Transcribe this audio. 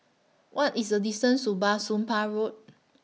What IS The distance to Bah Soon Pah Road